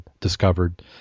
discovered